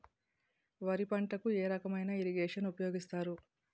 వరి పంటకు ఏ రకమైన ఇరగేషన్ ఉపయోగిస్తారు?